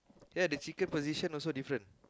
ya the chicken position also different